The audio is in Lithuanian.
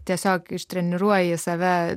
tiesiog ištreniruoji save